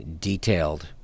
detailed